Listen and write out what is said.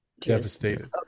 devastated